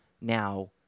Now